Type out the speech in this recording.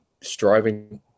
striving